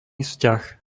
vzťah